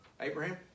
Abraham